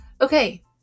Okay